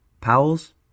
Powell's